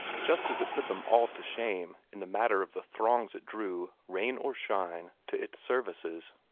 just as it put them all to shame in the matter of the throngs it drew, rain or shine, to its services.